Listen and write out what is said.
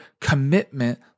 commitment